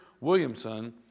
Williamson